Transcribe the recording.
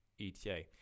ETA